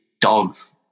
dogs